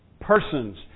persons